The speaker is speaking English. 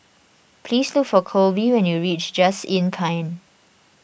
please look for Colby when you reach Just Inn Pine